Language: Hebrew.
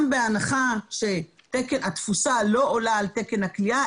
גם בהנחה שהתפוסה לא עולה על תקן הכליאה,